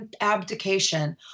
abdication